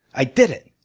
i did it.